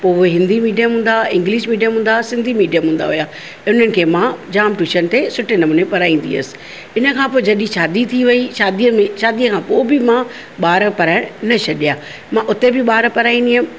पोइ उहे हिंदी मीडियम हूंदा हुआ इंगलिश मीडियम हूंदा हुआ सिंधी मीडियम हूंदा हुया उन्हनि खे मां जाम टूशन ते सुठे नमूने पढ़ाईंदी हुयसि इनखां पोइ जॾहिं शादी थी वई शादीअ में शादीअ खां पोइ बि मां ॿार पढ़ाइणु न छॾिया मां उते बि ॿार पढ़ाईंदी हुयमि